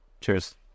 Cheers